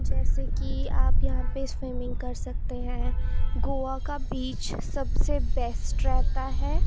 جیسے کہ آپ یہاں پہ سویمنگ کر سکتے ہیں گوا کا بیچ سب سے بیسٹ رہتا ہے